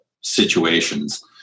situations